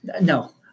No